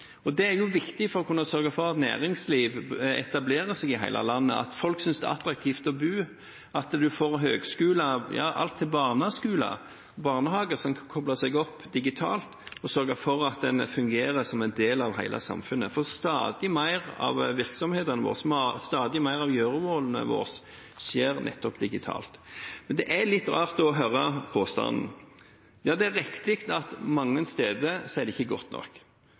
Det er viktig for å kunne sørge for at næringsliv etablerer seg i hele landet, at folk synes det er attraktivt å bo, at en får alt fra høgskoler til barneskoler og barnehager som kan koble seg opp digitalt og sørge for at en fungerer som en del av hele samfunnet, for stadig mer av virksomhetene våre og stadig mer av gjøremålene våre skjer nettopp digitalt. Det er litt rart å høre påstanden – ja, det er riktig at mange steder er det ikke godt nok,